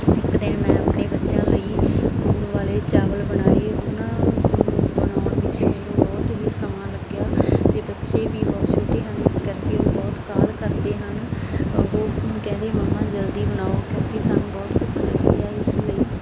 ਇੱਕ ਦਿਨ ਮੈਂ ਆਪਣੇ ਬੱਚਿਆਂ ਲਈ ਲੂਣ ਵਾਲੇ ਚਾਵਲ ਬਣਾਏ ਉਹਨਾਂ ਨੂੰ ਬਣਾਉਣ ਵਿੱਚ ਮੈਨੂੰ ਬਹੁਤ ਹੀ ਸਮਾਂ ਲੱਗਿਆ ਅਤੇ ਬੱਚੇ ਵੀ ਬਹੁਤ ਛੋਟੇ ਹਨ ਇਸ ਕਰਕੇ ਉਹ ਬਹੁਤ ਕਾਹਲ ਕਰਦੇ ਹਨ ਉਹ ਕਹਿੰਦੇ ਮੰਮਾ ਜਲਦੀ ਬਣਾਓ ਕਿਉਂਕਿ ਸਾਨੂੰ ਬਹੁਤ ਭੁੱਖ ਲੱਗੀ ਹੈ ਇਸ ਲਈ